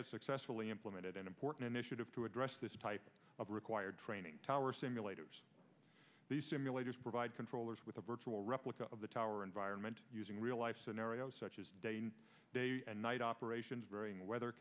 has successfully implemented an important initiative to address this type of required training tower simulators the simulators provide controllers with a virtual replica of the tower environment using real life scenario such as day and night operations varying weather